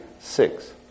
six